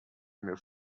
meu